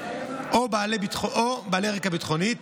או בעלי רקע ביטחוני,